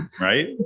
right